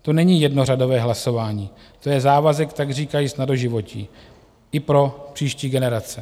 To není jednořadové hlasování, to je závazek takříkajíc na doživotí, i pro příští generace.